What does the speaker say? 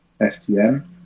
FTM